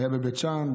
היו בבית שאן,